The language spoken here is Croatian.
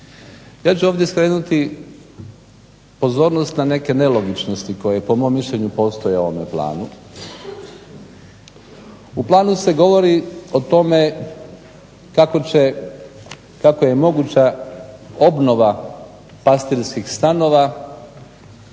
Ja ću ovdje skrenuti pozornost na neke nelogičnosti koje po mom mišljenju postoje u ovome planu. U planu se govori o tome kako je moguća obnova pastirskih stanova